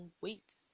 wait